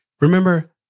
Remember